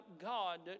god